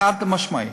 חד-משמעית.